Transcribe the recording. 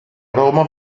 roma